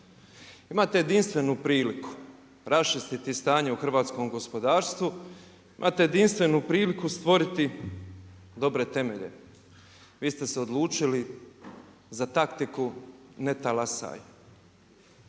Imate jedinstvenu priliku raščistiti stanje u hrvatskom gospodarstvu, imate jedinstvenu priliku stvoriti dobre temelje. Vi ste se odlučili za taktiku ne talasaj.